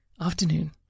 afternoon